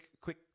quick